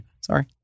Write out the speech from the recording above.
Sorry